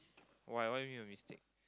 why what you mean by mistake